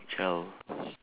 child